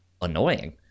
annoying